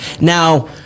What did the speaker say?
Now